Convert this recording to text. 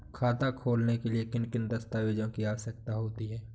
खाता खोलने के लिए किन दस्तावेजों की आवश्यकता होती है?